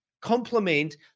complement